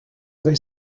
they